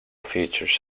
features